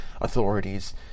authorities